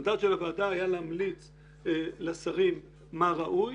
המנדט של הוועדה היה להמליץ לשרים מה ראוי.